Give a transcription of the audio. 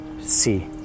see